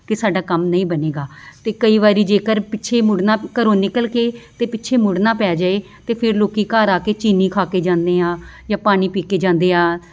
ਕਿ ਸਾਡਾ ਕੰਮ ਨਹੀਂ ਬਣੇਗਾ ਅਤੇ ਕਈ ਵਾਰੀ ਜੇਕਰ ਪਿੱਛੇ ਮੁੜਨਾ ਘਰੋਂ ਨਿਕਲ ਕੇ ਅਤੇ ਪਿੱਛੇ ਮੁੜਨਾ ਪੈ ਜਾਵੇ ਤਾਂ ਫਿਰ ਲੋਕ ਘਰ ਆ ਕੇ ਚੀਨੀ ਖਾ ਕੇ ਜਾਂਦੇ ਆ ਜਾਂ ਪਾਣੀ ਪੀ ਕੇ ਜਾਂਦੇ ਆ